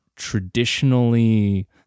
traditionally